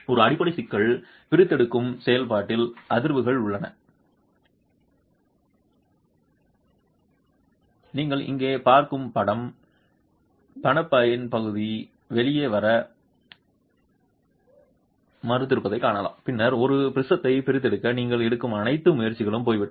ஒரு அடிப்படை சிக்கல் பிரித்தெடுக்கும் செயல்பாட்டில் அதிர்வுகள் உள்ளன பணப்பையே சேதமடையக்கூடும் நீங்கள் இங்கே பார்க்கும் படம் பணப்பையின் பகுதி வெளியே வர மறுத்திருப்பதைக் காணலாம் பின்னர் ஒரு ப்ரிஸத்தை பிரித்தெடுக்க நீங்கள் எடுத்த அனைத்து முயற்சிகளும் போய்விட்டன